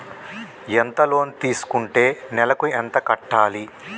ఎంత లోన్ తీసుకుంటే నెలకు ఎంత కట్టాలి?